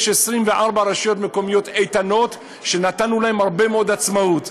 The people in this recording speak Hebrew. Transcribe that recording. יש 24 רשויות מקומיות איתנות שנתנו להן הרבה מאוד עצמאות,